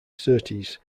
surtees